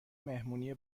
مهمونی